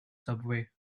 subway